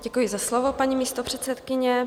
Děkuji za slovo, paní místopředsedkyně.